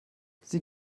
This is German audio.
sie